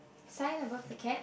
sign above the cat